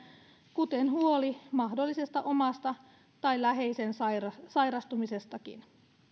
kuten huoli mahdollisesta omasta tai läheisen sairastumisestakin